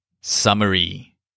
Summary